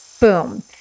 Boom